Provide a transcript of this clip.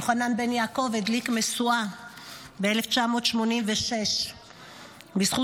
יוחנן בן-יעקב הדליק משואה ב-1986 בזכות